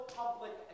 public